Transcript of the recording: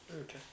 Okay